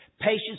Patients